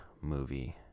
movie